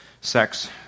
sex